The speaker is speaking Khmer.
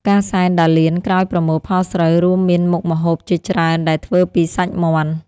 ការសែនដារលានក្រោយប្រមូលផលស្រូវ រួមមានមុខម្ហូបជាច្រើនដែលធ្វើពីសាច់មាន់។